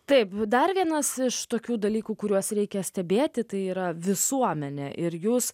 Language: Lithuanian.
taip dar vienas iš tokių dalykų kuriuos reikia stebėti tai yra visuomenė ir jūs